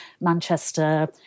Manchester